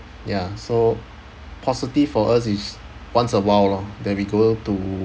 ya so positive for us is once a while lor then we go to